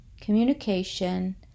communication